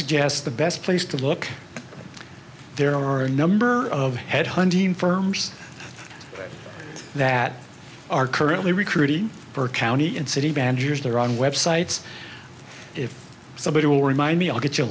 suggest the best place to look there are a number of head hunting firms that are currently recruiting for county and city badgers there are on web sites if somebody will remind me i'll get you